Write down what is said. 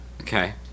Okay